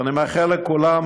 ואני מאחל לכולם,